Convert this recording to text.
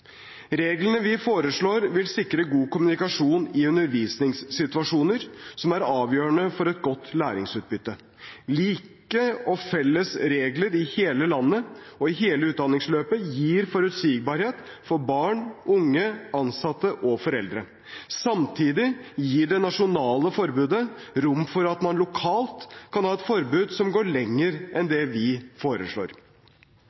Reglene vi foreslår, vil sikre god kommunikasjon i undervisningssituasjoner, som er avgjørende for et godt læringsutbytte. Like og felles regler i hele landet og i hele utdanningsløpet gir forutsigbarhet for barn, unge, ansatte og foreldre. Samtidig gir det nasjonale forbudet rom for at man lokalt kan ha et forbud som går lenger enn